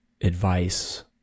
advice